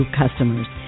customers